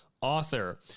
author